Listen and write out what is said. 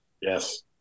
Yes